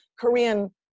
Korean